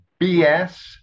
BS